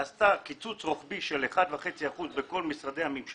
היא עשתה קיצוץ רוחבי של 1.5% בכל משרדי הממשלה,